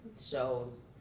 shows